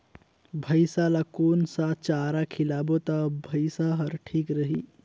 भैसा ला कोन सा चारा खिलाबो ता भैंसा हर ठीक रही?